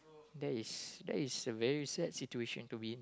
that is that is a very sad situation to me